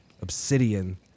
obsidian